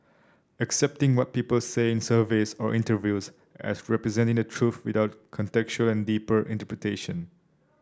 accepting what people say in surveys or interviews as representing the truth without contextual and deeper interpretation